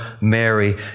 Mary